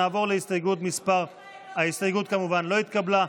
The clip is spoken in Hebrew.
ההסתייגות כמובן לא התקבלה.